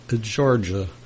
Georgia